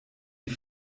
die